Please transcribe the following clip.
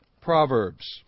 Proverbs